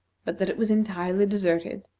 but that it was entirely deserted,